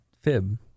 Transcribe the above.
fib